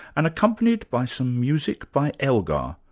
and accompanied by some music by elgar,